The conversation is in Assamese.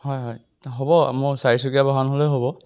হয় হয় হ'ব মোৰ চাৰিচকীয়া বাহন হ'লেও হ'ব